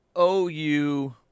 OU